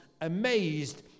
amazed